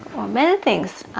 many things